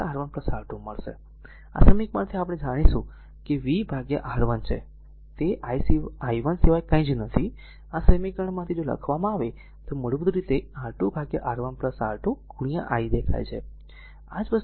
તેથી આ સમીકરણમાંથી આપણે જાણીશું કે તે v r R1 છે તે r i1 સિવાય બીજું કંઈ નથી આ સમીકરણમાંથી જો તે લખવામાં આવે તો તે મૂળભૂત રીતે R2 R1 R2 i દેખાય છે